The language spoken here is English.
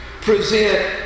present